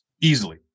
Easily